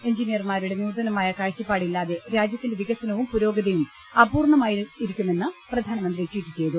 എഞ്ചിനിയർമാരുടെ നൂതനമായ കാഴ്ചപ്പാടില്ലാതെ രാജ്യത്തിന്റെ വികസനവും പുരോഗതിയും അപൂർണമായിരിക്കുമെന്ന് പ്രധാന മന്ത്രി ട്വീറ്റ് ചെയ്തു